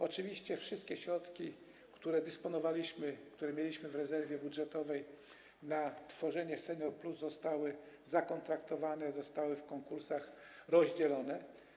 Oczywiście wszystkie środki, którymi dysponowaliśmy, które mieliśmy w rezerwie budżetowej na tworzenie „Senior+” zostały zakontraktowane, zostały w konkursach rozdzielone.